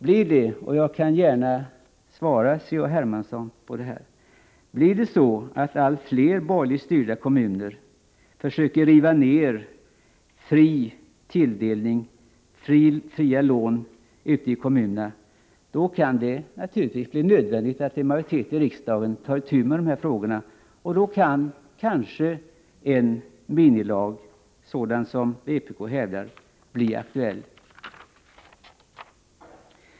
Jag skall här gärna svara C.-H. Hermansson. Blir det så att allt fler borgerligt styrda kommuner försöker riva ner principen om fria lån ute i kommunerna, då kan det bli nödvändigt att majoriteten i riksdagen tar itu med frågan. Då kan kanske en minilag, sådan som vpk begär, bli aktuell.